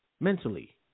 Mentally